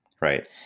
right